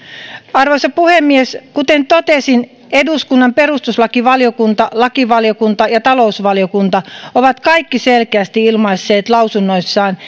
arvoisa puhemies kuten totesin eduskunnan perustuslakivaliokunta lakivaliokunta ja talousvaliokunta ovat kaikki selkeästi ilmaisseet lausunnoissaan